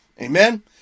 amen